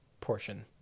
portion